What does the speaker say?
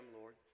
Lord